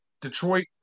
Detroit